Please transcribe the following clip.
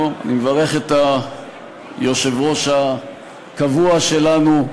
אוה, אני מברך את היושב-ראש הקבוע שלנו.